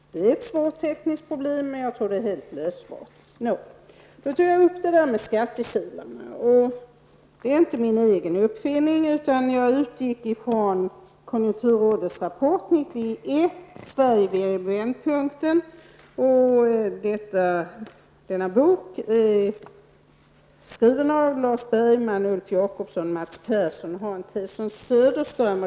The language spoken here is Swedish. Det är ett svårt tekniskt problem, men jag tror att det går att lösa. När det gäller skattekilarna är det inte min egen uppfinning, utan jag utgick ifrån konjunkturrådets rapport 1991, Sverige vid vändpunkten. Denna bok är skriven av Lars Bergman, Ulf Jakobsson, Mats Persson och Hans Tson Söderström.